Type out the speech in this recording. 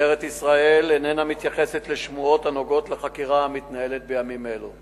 משטרת ישראל איננה מתייחסת לשמועות הנוגעות לחקירה המתנהלת בימים אלו.